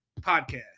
podcast